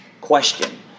question